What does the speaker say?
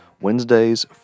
Wednesdays